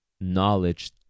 knowledge